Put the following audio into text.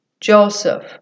Joseph